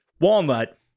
walnut